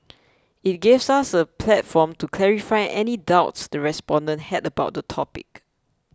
it gives us a platform to clarify any doubts the respondents had about the topic